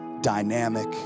dynamic